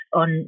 on